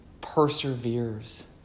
perseveres